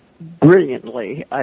brilliantly